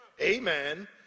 amen